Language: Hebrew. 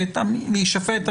להישפט.